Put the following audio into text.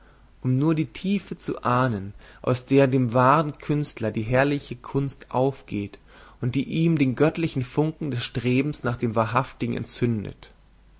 um nur die tiefe zu ahnen aus der dem wahren künstler die herrliche kunst aufgeht und in ihm den göttlichen funken des strebens nach dem wahrhaftigen entzündet